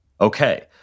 Okay